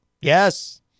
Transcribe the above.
Yes